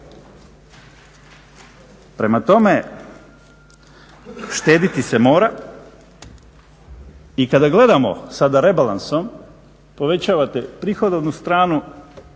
Prema tome, štediti se mora. I kada gledamo sada rebalansom povećavate prihodovnu stranu,